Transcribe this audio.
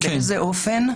באיזה אופן?